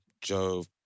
Joe